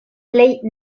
plej